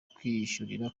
kwiyishyurira